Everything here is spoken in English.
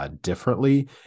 Differently